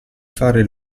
fare